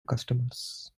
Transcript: customers